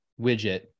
widget